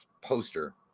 poster